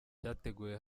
byateguwe